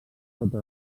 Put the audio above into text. sota